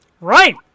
Right